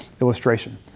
illustration